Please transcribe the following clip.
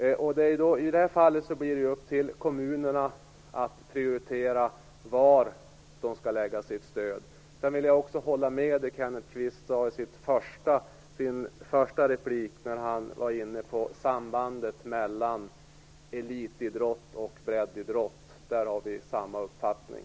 I det här fallet blir det upp till kommunerna att prioritera var de skall lägga sitt stöd. Jag vill också hålla med om det Kenneth Kvist sade i sin första replik, när han var inne på sambandet mellan elitidrott och breddidrott. Där har vi samma uppfattning.